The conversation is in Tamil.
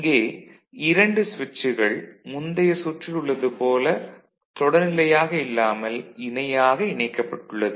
இங்கே 2 சுவிட்சுகள் முந்தைய சுற்றில் உள்ளது போல் தொடர்நிலையாக இல்லாமல் இணையாக இணைக்கப்பட்டுள்ளது